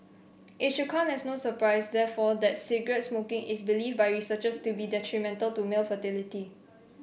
it should come as no surprise therefore that cigarette smoking is believed by researchers to be detrimental to male fertility